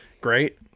Great